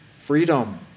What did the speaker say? freedom